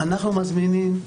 אנחנו מזמינים,